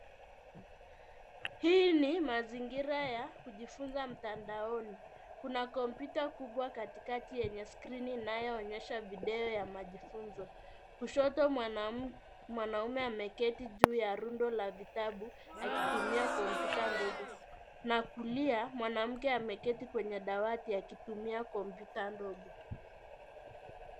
Hii ni mazingira ya kujifuza mtandaoni. Kuna kompyuta kubwa katikati yenye skrini inayonyesha video ya majifuzo. Kushoto mwanaume ameketi juu ya rundo la vitabu akitumia kompytuta ndogo na kulia mwanamke ameketi kwenye dawati akitumia kompyuta ndogo.